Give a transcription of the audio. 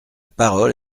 parole